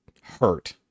hurt